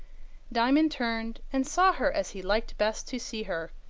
diamond turned, and saw her as he liked best to see her,